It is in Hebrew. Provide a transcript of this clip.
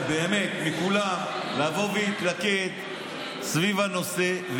אני מצפה כאן באמת מכולם לבוא ולהתלכד סביב הנושא.